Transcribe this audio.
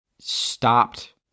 stopped